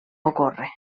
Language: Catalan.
ocorre